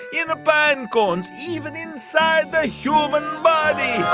in pine cones, even inside the human body